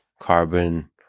carbon